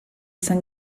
san